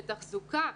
לתחזוקה.